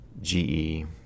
GE